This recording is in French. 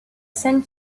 scène